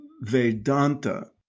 Vedanta